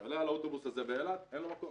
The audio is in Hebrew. שעלה על האוטובוס הזה באילת, אין לו מקום.